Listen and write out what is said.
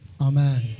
Amen